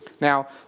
Now